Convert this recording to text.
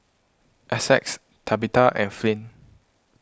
Essex Tabetha and Flint